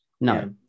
No